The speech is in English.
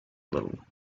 little